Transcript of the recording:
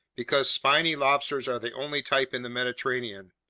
because spiny lobsters are the only type in the mediterranean.